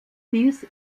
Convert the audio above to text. dies